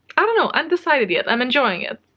i don't know. undecided yet. i'm enjoying it,